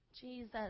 Jesus